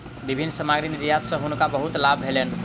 विभिन्न सामग्री निर्यात सॅ हुनका बहुत लाभ भेलैन